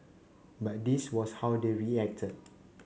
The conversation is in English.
but this was how they reacted